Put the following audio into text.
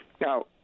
Now